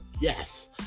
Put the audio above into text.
Yes